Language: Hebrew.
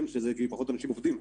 כי פחות אנשים עובדים,